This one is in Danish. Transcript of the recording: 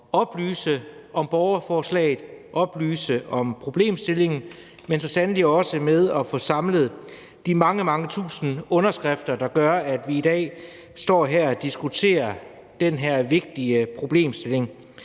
oplyse om borgerforslaget, oplyse om problemstillingen, men så sandelig også med at få samlet de mange, mange tusinde underskrifter, der gør, at vi i dag står her og diskuterer den her vigtige problemstilling.